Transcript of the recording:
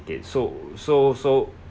so so so